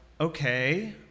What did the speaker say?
okay